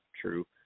true